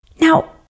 now